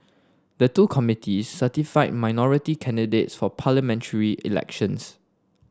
the two committees certify minority candidates for parliamentary elections